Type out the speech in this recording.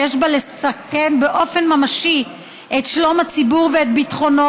שיש בה כדי לסכן באופן ממשי את שלום הציבור ואת ביטחונו,